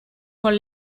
con